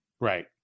Right